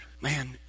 man